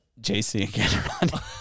JC